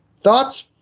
thoughts